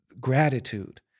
gratitude